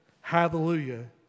hallelujah